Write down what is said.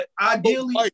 ideally